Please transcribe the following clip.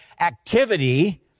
activity